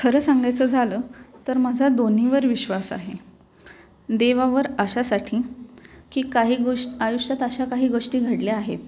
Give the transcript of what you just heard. खरं सांगायचं झालं तर माझा दोन्हीवर विश्वास आहे देवावर अशासाठी की काही गोष आयुष्यात अशा काही गोष्टी घडल्या आहेत